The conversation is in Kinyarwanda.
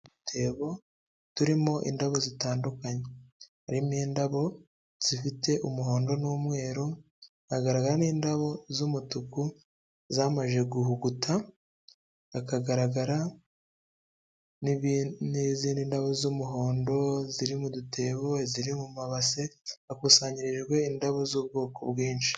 Udutebo turimo indabo zitandukanye. Harimo indabo zifite umuhondo n'umweru hagaragara n'indabo z'umutuku zamaze guhuguta hakagaragara izindi ndabo z'umuhondo zirimo udutebo, iziri mu mabase hakusanyirijwe indabo z'ubwoko bwinshi.